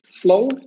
flow